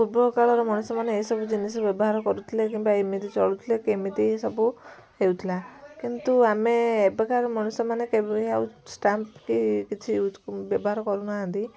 ପୂର୍ବକାଳର ମଣିଷମାନେ ଏସବୁ ଜିନିଷ ବ୍ୟବହାର କରୁଥିଲେ କିମ୍ବା ଏମିତି ଚଳୁଥିଲେ କେମିତି ସବୁ ହେଉଥିଲା କିନ୍ତୁ ଆମେ ଏବେକାର ମଣିଷମାନେ କେବେ ଆଉ ଷ୍ଟାମ୍ପ କି କିଛି ଇୟୁଜ ବ୍ୟବହାର କରୁନାହାଁନ୍ତି